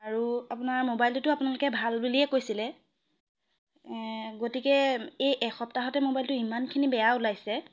আৰু আপোনাৰ মোবাইলটোতো আপোনালোকে ভাল বুলিয়ে কৈছিলে গতিকে এই এসপ্তাহতে মোবাইলটো ইমানখিনি বেয়া ওলাইছে